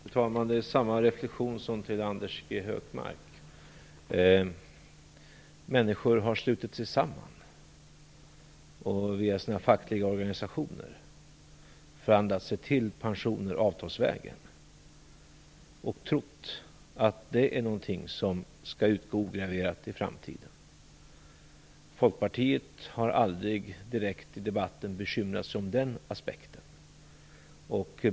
Fru talman! Jag vill göra samma reflexion som till Anders G Högmark. Människor har slutit sig samman och via sina fackliga organisationer förhandlat sig till pensioner avtalsvägen och trott att det är något som skall utgå ograverat i framtiden. Folkpartiet har aldrig direkt i debatten bekymrat sig om den aspekten.